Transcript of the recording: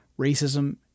Racism